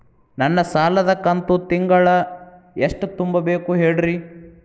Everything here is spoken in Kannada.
ನನ್ನ ಸಾಲದ ಕಂತು ತಿಂಗಳ ಎಷ್ಟ ತುಂಬಬೇಕು ಹೇಳ್ರಿ?